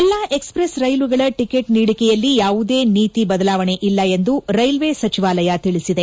ಎಲ್ಲಾ ಎಕ್ಸ್ಪ್ರೆಸ್ ರೈಲುಗಳ ಟಿಕೆಟ್ ನೀಡಿಕೆಯಲ್ಲಿ ಯಾವುದೇ ನೀತಿ ಬದಲಾವಣೆ ಇಲ್ಲ ಎಂದು ರೈಲ್ವೆ ಸಚಿವಾಲಯ ತಿಳಿಸಿದೆ